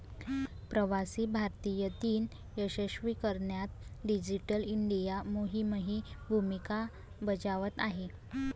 प्रवासी भारतीय दिन यशस्वी करण्यात डिजिटल इंडिया मोहीमही भूमिका बजावत आहे